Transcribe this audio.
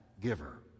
giver